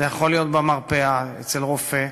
זה יכול להיות במרפאה אצל רופא,